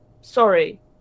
Sorry